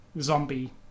zombie